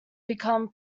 become